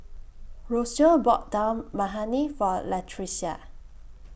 Rocio bought Dal Makhani For Latricia